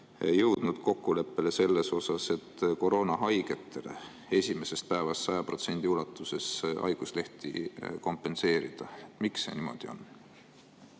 jõudnud kokkuleppele selles suhtes, et koroonahaigetele esimesest päevast 100% ulatuses haiguslehti kompenseerida. Miks see niimoodi on?